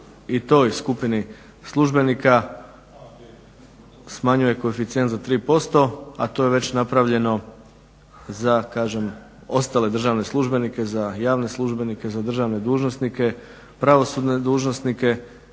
i toj skupini službenika smanjuje koeficijent za 3%, a to je već napravljeno za ostale državne službenike za javne službenike, za državne dužnosnike, pravosudne dužnosnike